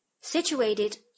situated